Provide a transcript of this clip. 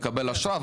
הוא מקבל אשרה,